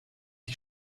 die